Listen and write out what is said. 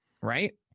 Right